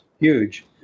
huge